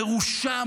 מרושע,